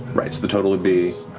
right. the total would be